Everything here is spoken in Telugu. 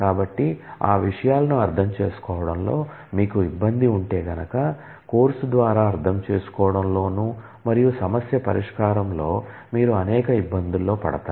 కాబట్టి ఆ విషయాలను అర్థం చేసుకోవడంలో మీకు ఇబ్బంది ఉంటే గనక కోర్సు ద్వారా అర్థం చేసుకోవడంలోను మరియు సమస్య పరిష్కారంలో మీరు అనేక ఇబ్బందుల్లో పడతారు